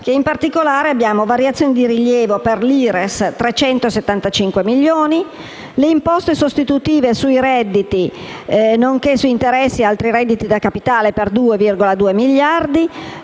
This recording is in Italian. in particolare, che abbiamo variazioni di rilievo per l'IRES (375 milioni), le imposte sostitutive sui redditi, nonché su interessi e altri redditi da capitale per 2,2 miliardi,